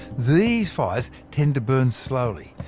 these fires tend to burn slowly,